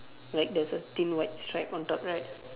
like there's a thin white stripe on top right